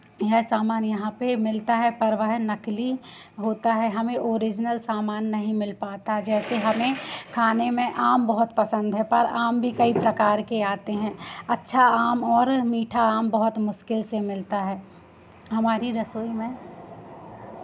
यह सामान यहाँ पे मिलता है पर वह नकली होता है हमें ऑरिजनल सामान नहीं मिल पाता जैसे हमें खाने में आम बहुत पसंद है पर आम भी कई प्रकार के आते हैं अच्छा आम और मीठा आम बहुत मुश्किल से मिलता है हमारी रसोई में